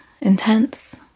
intense